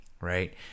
right